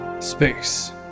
space